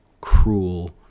cruel